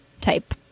type